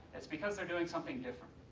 it's because they're doing something different.